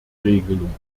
regelung